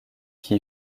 qui